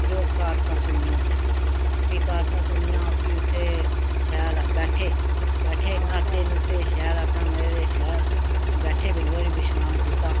फ्ही ओह् कारकां सुनियां उत्थें फ्ही कारकां सुनियां फ्ही उत्थें शैल बैठे बैठे न्हाते नुह्ते शैल अपना मज़े दे शैल बैठे बिन्द भारी बिश्राम कीता